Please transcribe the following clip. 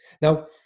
Now